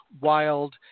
wild